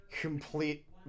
complete